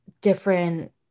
different